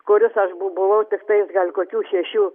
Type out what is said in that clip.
kuris aš bu buvau tiktai gal kokių šešių